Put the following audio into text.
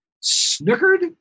snickered